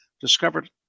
discovered